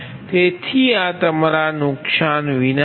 તેથી આ તમારા નુકસાન વિના છે